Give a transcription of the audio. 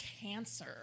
cancer